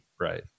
Right